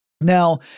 Now